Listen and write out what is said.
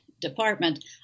department